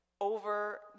over